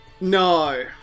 No